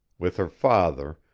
with her father,